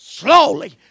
Slowly